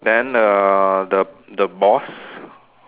then the the the boss